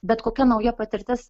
bet kokia nauja patirtis